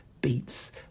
beats